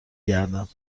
گردم